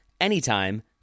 anytime